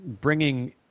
bringing